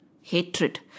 Hatred